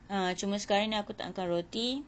ah cuma sekarang ni aku tak makan roti